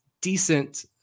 decent